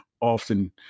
often